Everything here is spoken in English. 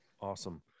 awesome